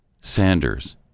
Sanders